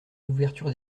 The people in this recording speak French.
l’ouverture